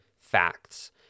facts